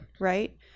right